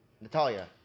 Natalia